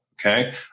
Okay